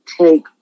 take